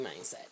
mindset